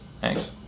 Thanks